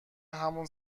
همون